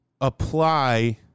apply